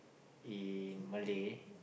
in Malay